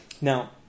Now